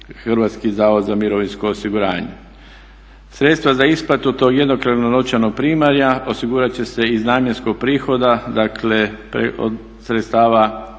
Hrvatski zavod za mirovinsko osiguranje. Sredstva za isplatu tog jednokratnog novčanog primanja osigurati će se iz namjenskog prihoda, dakle od sredstava,